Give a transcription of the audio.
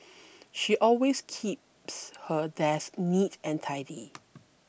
she always keeps her desk neat and tidy